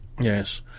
Yes